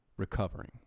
recovering